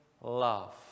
love